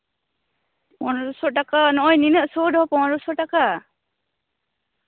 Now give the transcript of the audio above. ᱯᱚᱱᱨᱚ ᱥᱚ ᱴᱟᱠᱟ ᱱᱚᱜᱼᱚᱭ ᱱᱩᱱᱟᱹᱜ ᱥᱩᱨ ᱨᱮᱦᱚᱸ ᱯᱚᱱᱨᱚ ᱥᱚ ᱴᱟᱠᱟ